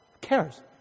cares